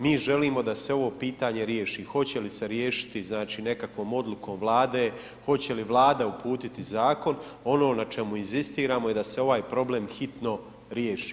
Mi želimo da se ovo pitanje riješi, hoće li se riješiti znači nekakvom odlukom Vlade, hoće li Vlada uputiti zakon, ono na čemu inzistiramo je da se ovaj problem hitno riješi.